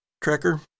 tracker